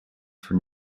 for